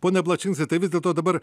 pone ablačinskai tai vis dėlto dabar